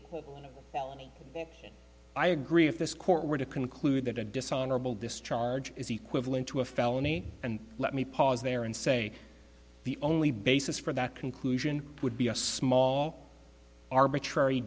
felony i agree if this court were to conclude that a dishonorable discharge is equivalent to a felony and let me pause there and say the only basis for that conclusion would be a small arbitrary